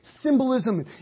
symbolism